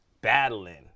battling